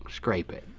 scrape it.